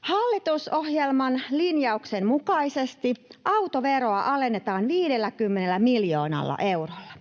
Hallitusohjelman linjauksen mukaisesti autoveroa alennetaan 50 miljoonalla eurolla.